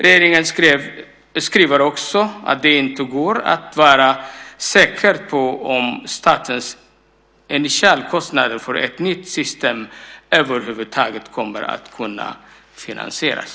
Regeringen skriver också att det inte går att vara säker på att statens initialkostnader för ett nytt system över huvud taget kommer att kunna finansieras.